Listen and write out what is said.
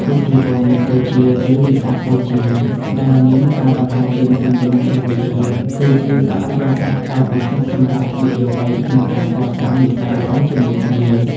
ពិធីបុណ្យ "មាឃបូជា" ឬ "វិសាខបូជា" ដែលមានការដង្ហែទៀនជុំវិញព្រះវិហារ គឺជាបរិយាកាសដ៏ពិសិដ្ឋសម្រាប់យុវវ័យក្នុងការសាងនិស្ស័យល្អជាមួយគ្នា។